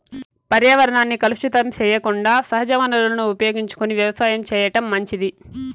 పర్యావరణాన్ని కలుషితం సెయ్యకుండా సహజ వనరులను ఉపయోగించుకొని వ్యవసాయం చేయటం మంచిది